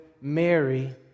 Mary